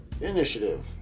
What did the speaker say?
Initiative